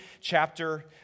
chapter